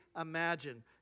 imagine